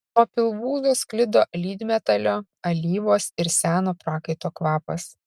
nuo pilvūzo sklido lydmetalio alyvos ir seno prakaito kvapas